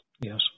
Yes